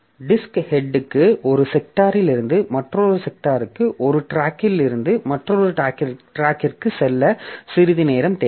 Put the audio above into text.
disk ஹெட்க்கு ஒரு செக்டாரிலிருந்து மற்றொரு செக்டார்க்கு ஒரு ட்ராக்கில் இருந்து மற்றொரு ட்ராக்கிற்கு செல்ல சிறிது நேரம் தேவை